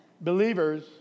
believers